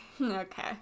Okay